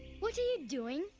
what are you doing!